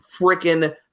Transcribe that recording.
freaking